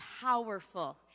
powerful